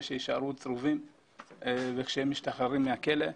שיישארו צרובים וכשהם משתחררים מהכלא,